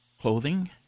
clothing